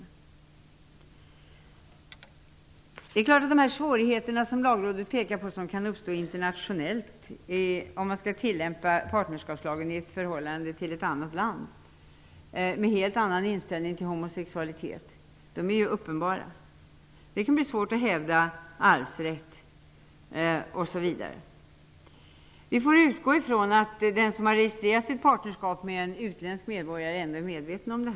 Lagrådet pekar på de svårigheter som kan uppstå internationellt om partnerskapslagen skall tillämpas i förhållande till ett annat land med en helt annan inställning till homosexualitet. Svårigheterna är uppenbara. Det kan blir svårt att hävda arvsrätt osv. Vi får utgå från att den som har registrerat ett partnerskap med en utländsk medborgare är medveten om det.